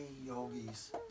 yogis